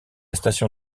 station